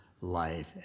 life